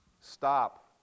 Stop